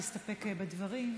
להסתפק בדברים?